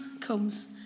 comes